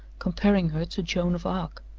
comparing her to joan of arc.